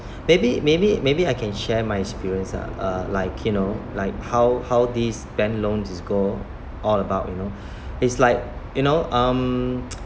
maybe maybe maybe I can share my experience ah uh like you know like how how these bank loans go all about you know it's like you know um